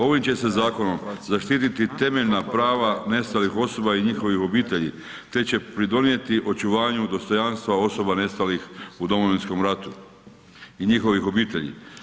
Ovim će se zakonom zaštiti temeljna prava nestalih osoba i njihovih obitelji te će pridonijeti očuvanju dostojanstva osoba nestalih u Domovinskom ratu i njihovih obitelji.